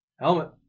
Helmet